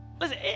Listen